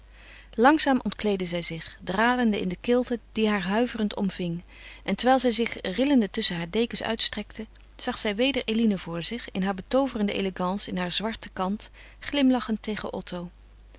langzaam ontkleedde zij zich dralende in de kilte die haar huiverend omving en terwijl zij zich rillende tusschen haar dekens uitstrekte zag zij weder eline voor zich in haar betooverende elegance in haar zwarte kant glimlachend tegen otto